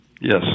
Yes